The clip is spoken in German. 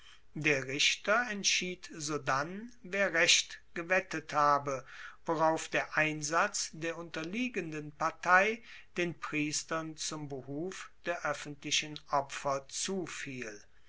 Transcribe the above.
der richter entschied sodann wer recht gewettet habe worauf der einsatz der unterliegenden partei den priestern zum behuf der oeffentlichen opfer zufiel